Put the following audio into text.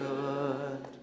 good